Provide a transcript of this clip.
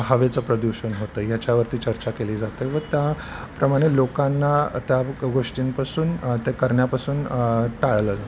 हवेचं प्रदूषण होतं याच्यावरती चर्चा केली जाते व त्याप्रमाणे लोकांना त्या गोष्टींपासून ते करण्यापासून टाळलं जातं